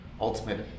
ultimate